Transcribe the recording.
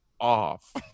off